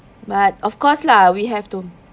but of course lah we have to